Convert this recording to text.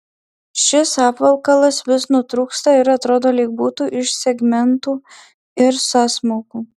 šis apvalkalas vis nutrūksta ir atrodo lyg būtų iš segmentų ir sąsmaukų